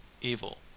evil